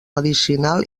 medicinal